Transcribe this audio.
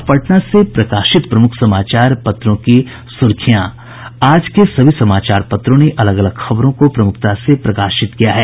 अब पटना से प्रकाशित प्रमुख समाचार पत्रों की सुर्खियां आज के सभी समाचार पत्रों ने अलग अलग खबरों को प्रमुखता से प्रकाशित किया है